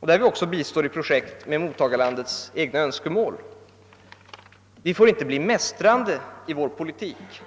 där vi också lämnar bistånd i enlighet med mottagarlandets egna önskemål. Vi får inte bli mästrande i vår politik.